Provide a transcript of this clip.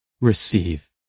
Receive